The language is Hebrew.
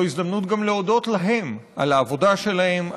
זו הזדמנות גם להודות להם על העבודה שלהם,